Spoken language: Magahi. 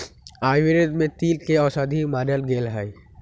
आयुर्वेद में तिल के औषधि मानल गैले है